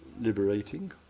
liberating